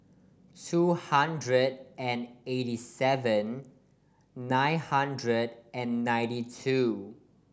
two hundred and eighty seven nine hundred and ninety two